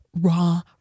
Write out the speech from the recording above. raw